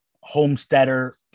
homesteader